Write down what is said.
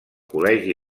col·legi